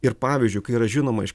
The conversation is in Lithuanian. ir pavyzdžiui kai yra žinoma iš